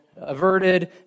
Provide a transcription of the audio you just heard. Averted